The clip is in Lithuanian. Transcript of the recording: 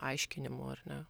aiškinimų ar ne